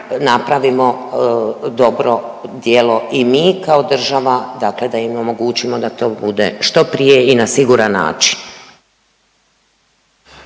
napravimo dobro djelo i mi kao država, dakle da im omogućimo da to bude što prije i na siguran način.